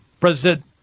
President